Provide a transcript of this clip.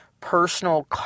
personal